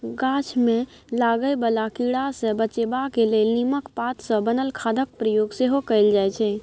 गाछ मे लागय बला कीड़ा सँ बचेबाक लेल नीमक पात सँ बनल खादक प्रयोग सेहो कएल जाइ छै